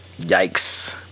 Yikes